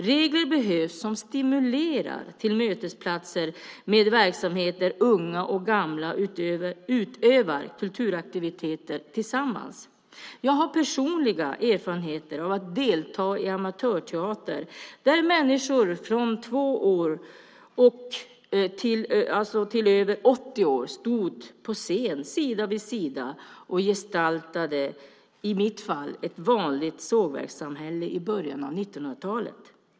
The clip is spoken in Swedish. Regler behövs som stimulerar till mötesplatser med verksamhet där unga och gamla utövar kulturaktiviteter tillsammans. Jag har personlig erfarenhet av att delta i amatörteater där människor från 2 år upp till över 80 år stod på scen sida vid sida och gestaltade ett vanligt sågverkssamhälle i början av 1900-talet.